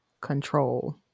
control